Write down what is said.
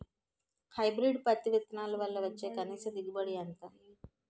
Hybrid పత్తి విత్తనాలు వల్ల వచ్చే కనీస దిగుబడి ఎంత?